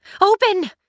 Open